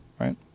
right